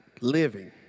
living